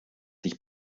sich